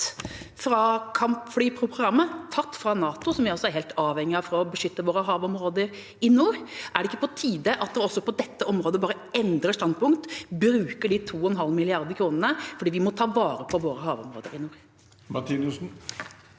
fra kampflyprogrammet, tatt fra NATO, som vi altså er helt avhengig av for å beskytte våre havområder i nord. Er det ikke på tide at man også på dette området bare endrer standpunkt og bruker de 2,5 mrd. kr fordi vi må ta vare på våre havområder i nord? Marie Sneve